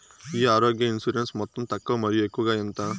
ఈ ఆరోగ్య ఇన్సూరెన్సు మొత్తం తక్కువ మరియు ఎక్కువగా ఎంత?